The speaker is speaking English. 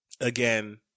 Again